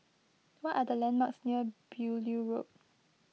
what are the landmarks near Beaulieu Road